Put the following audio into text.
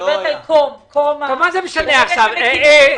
מה זה משנה עכשיו?